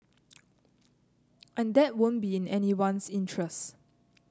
and that won't be in anyone's interest